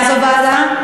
איזו ועדה?